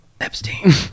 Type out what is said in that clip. Epstein